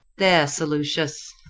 there, sir lucius.